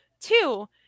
two